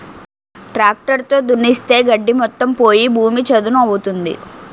tractor తో దున్నిస్తే గడ్డి మొత్తం పోయి భూమి చదును అవుతుంది